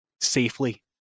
safely